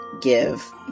give